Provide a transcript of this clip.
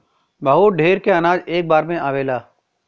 बहुत ढेर क अनाज एक बार में आवेला